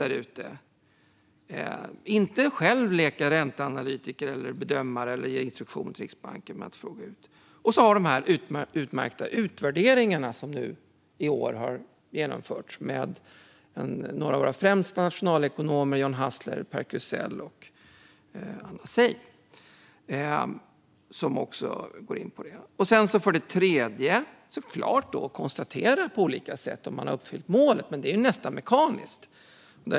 Vi ska inte själva leka ränteanalytiker eller bedömare, eller ge instruktioner till Riksbanken. Sedan finns de utmärkta utvärderingarna som i år har genomförts av några av våra främsta nationalekonomer, nämligen John Hassler, Per Krusell och Anna Seim. Den tredje saken är att på olika sätt konstatera att man har uppfyllt målet. Men det är nästan mekaniskt.